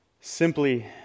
simply